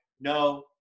no